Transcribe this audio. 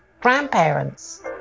grandparents